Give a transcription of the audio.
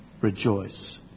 Rejoice